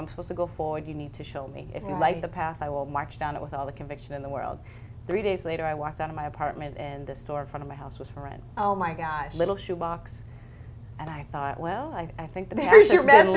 i'm supposed to go forward you need to show me if you like the path i will march down with all the conviction in the world three days later i walked out of my apartment and this store front of my house was for rent oh my god little shoe box and i thought well i think the bears are m